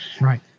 Right